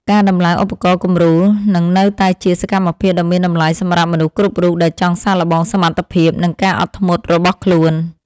ការដំឡើងឧបករណ៍គំរូនឹងនៅតែជាសកម្មភាពដ៏មានតម្លៃសម្រាប់មនុស្សគ្រប់រូបដែលចង់សាកល្បងសមត្ថភាព និងការអត់ធ្មត់របស់ខ្លួន។